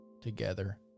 together